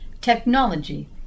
technology